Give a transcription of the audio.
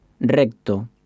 recto